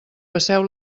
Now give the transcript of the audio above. passeu